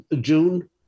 June